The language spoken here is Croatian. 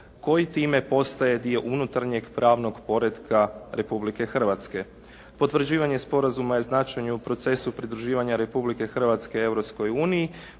koji time postaje dio unutarnjeg pravnog poretka Republike Hrvatske. Potvrđivanje sporazuma je značajno u procesu pridruživanja Republike Hrvatske